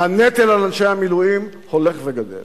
והנטל על אנשי המילואים הולך וגדל.